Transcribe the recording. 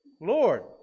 Lord